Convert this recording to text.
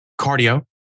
Cardio